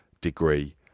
degree